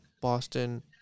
Boston